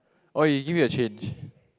oh he give you the change